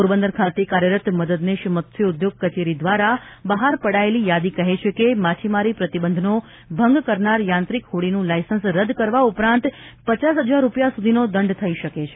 પોરબંદર ખાતે કાર્યરત મદદનીશ મત્સ્યોઘોગ કચેરી દ્વારા બહાર પડાયેલી યાદી કહે છે કે માછીમારી પ્રતિબંધનો ભંગ કરનાર યાંત્રિક હોડીનું લાયસન્સ રદ કરવા ઉપરાંત પચાસ હજાર રૂપિયા સુધીનો દંડ થઇ શકે છે